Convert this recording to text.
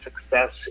success